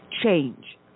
change